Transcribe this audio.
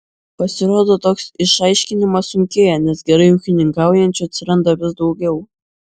pasirodo toks išaiškinimas sunkėja nes gerai ūkininkaujančių atsiranda vis daugiau